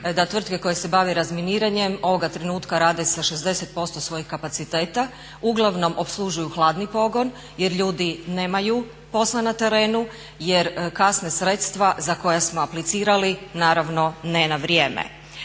da tvrtke koje se bave razminiranjem ovoga trenutka rade sa 60% svojega kapaciteta. Uglavnom opslužuju hladni pogon jer ljudi nemaju posla na terenu, jer kasne sredstva za koja smo aplicirali, naravno ne na vrijeme.